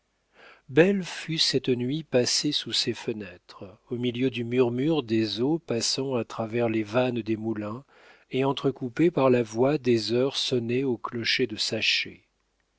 belle fut cette nuit passée sous ses fenêtres au milieu du murmure des eaux passant à travers les vannes des moulins et entrecoupé par la voix des heures sonnées au clocher de saché